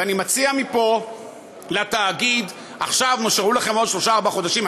ואני מציע מפה לתאגיד: עכשיו נשארו לכם עוד שלושה-ארבעה חודשים.